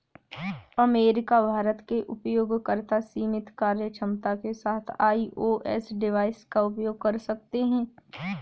America, Bharat के उपयोगकर्ता सीमित कार्यक्षमता के साथ आई.ओ.एस डिवाइस का उपयोग कर सकते हैं